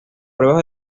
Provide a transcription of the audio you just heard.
pruebas